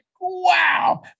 wow